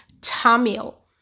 Tamil